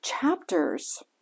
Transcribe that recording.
chapters